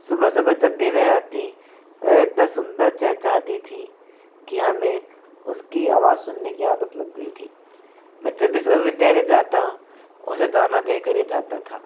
सुबह सुबह जब भी वह आती वह इतना सुंदर चहचहाती थी कि हमें उसकी आवाज़ सुनने की आदत लग गयी थी मैं जब भी सुबह विद्यालय जाता उसे दाना देकर ही जाता था